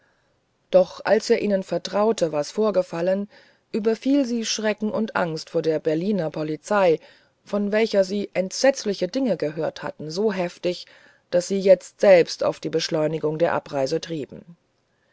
doch als er ihnen vertraute was vorgefallen überfiel sie schrecken und angst vor der berliner polizei von welcher sie entsetzliche dinge gehört hatten so heftig daß sie jetzt selbst auf die beschleunigung der abreise trieben